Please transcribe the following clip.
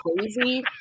crazy